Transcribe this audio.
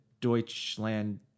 Deutschland